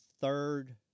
third